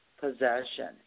possession